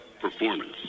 performance